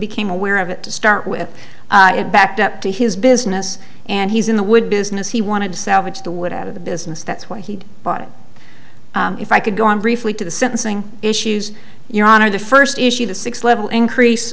became aware of it to start with it backed up to his business and he's in the wood business he wanted to salvage the wood out of the business that's why he'd bought it if i could go on briefly to the sentencing issues your honor the first issue the six level increase